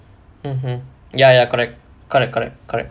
mmhmm ya ya correct correct correct correct